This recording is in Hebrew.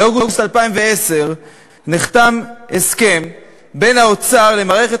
באוגוסט 2010 נחתם הסכם בין האוצר למערכת